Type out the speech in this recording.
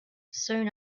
soon